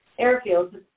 airfields